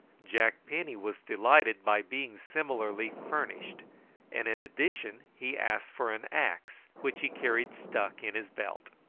jack penny was delighted by being similarly furnished and in addition he asked for an axe, which he carried stuck in his belt.